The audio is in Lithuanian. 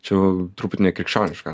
čia jau turbūt nekrikščioniška